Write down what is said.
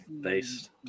based